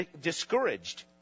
Discouraged